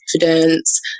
confidence